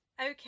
Okay